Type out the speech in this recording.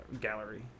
gallery